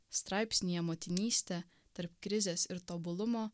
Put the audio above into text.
straipsnyje motinystė tarp krizės ir tobulumo